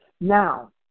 Now